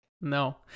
No